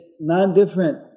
non-different